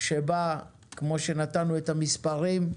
שבה כמו שנתנו את המספרים,